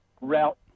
route